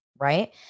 right